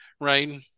right